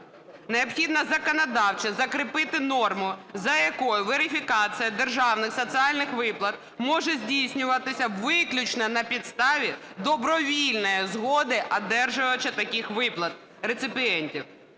Необхідно законодавчо закріпити норму, за якою верифікація державних соціальних виплат може здійснюватися виключно на підставі добровільної згоди одержувача таких виплат - реципієнтів.